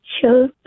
sure